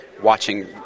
watching